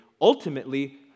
ultimately